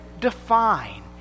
define